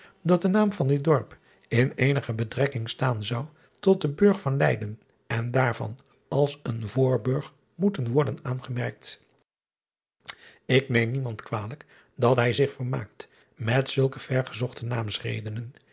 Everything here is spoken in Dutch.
dat de naam van dit dorp in eenige betrekking staan zou tot den urg van eyden en daarvan als een oorburg moeten worden aangemerkt k neem niemand kwalijk dat hij zich vermaakt met zulke vergezochte